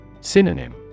Synonym